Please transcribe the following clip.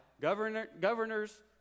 Governors